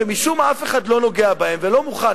שמשום מה אף אחד לא נוגע בה ולא מוכן,